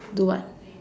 do what